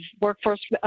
workforce